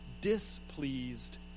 displeased